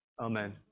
amen